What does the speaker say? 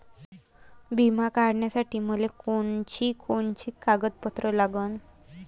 बिमा काढासाठी मले कोनची कोनची कागदपत्र लागन?